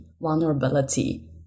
vulnerability